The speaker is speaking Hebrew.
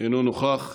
אינו נוכח,